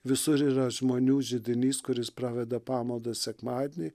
visur yra žmonių židinys kuris praveda pamaldas sekmadienį